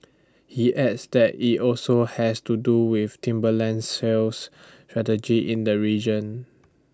he adds that IT also has to do with Timberland's sales strategy in the region